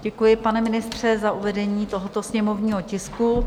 Děkuji, pane ministře, za uvedení tohoto sněmovního tisku.